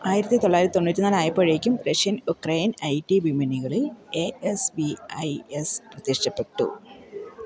ആയിരത്തി തൊള്ളായിരത്തി തൊണ്ണൂറ്റി നാല് ആയപ്പോഴേക്കും റഷ്യൻ ഉക്രേൻ ഐ ടി വിപണികളിൽ A S B I S പ്രത്യക്ഷപ്പെട്ടു